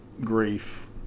grief